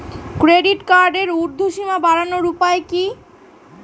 Credit কার্ডের উর্ধ্বসীমা বাড়ানোর উপায় কি?